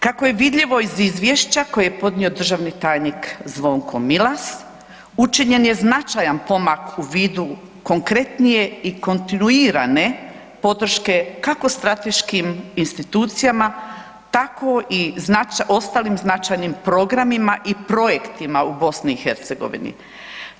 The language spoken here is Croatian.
Kako je vidljivo iz izvješća koje je podnio državni tajnik Zvonko Milas, učinjen je značajan pomak u vidu konkretnije i kontinuirane podrške kako strateškim institucijama, tako i ostalim značajnim programima i projektima u BiH-u.